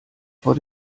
vor